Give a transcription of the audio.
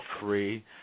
free